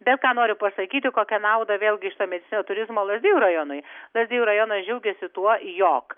bet ką noriu pasakyti kokią naudą vėlgi šito medicinos turizmo lazdijų rajonui lazdijų rajonas džiaugiasi tuo jog